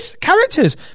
characters